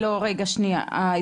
כן, אבל ענבל שנייה.